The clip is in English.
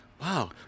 wow